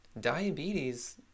Diabetes